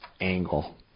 angle